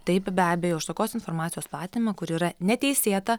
taip be abejo už tokios informacijos platinimą kuri yra neteisėta